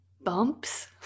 bumps